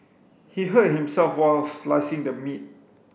he hurt himself while slicing the meat